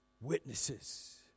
witnesses